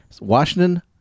Washington